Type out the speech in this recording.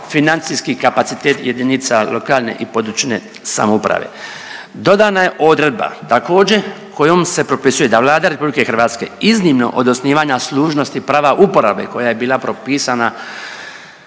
financijski kapacitet jedinice lokalne i područne samouprave. Dodana je odredba također, kojom se propisuje da Vlada iznimno od osnivanja služnosti prava uporabe koja je bila propisana